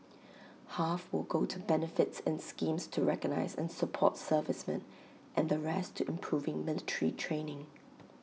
half will go to benefits and schemes to recognise and support servicemen and the rest to improving military training